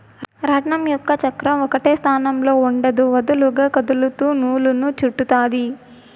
రాట్నం యొక్క చక్రం ఒకటే స్థానంలో ఉండదు, వదులుగా కదులుతూ నూలును చుట్టుతాది